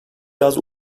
yaz